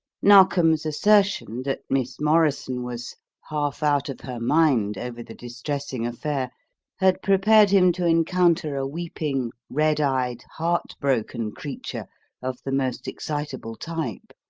narkom's assertion, that miss morrison was half out of her mind over the distressing affair had prepared him to encounter a weeping, red-eyed, heart-broken creature of the most excitable type.